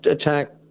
attack